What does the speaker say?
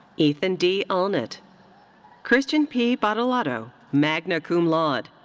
ethan d. allnutt. christian p. badolato, magna cum laude.